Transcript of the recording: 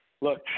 look